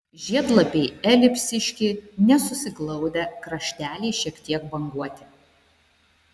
žiedlapiai elipsiški nesusiglaudę krašteliai šiek tiek banguoti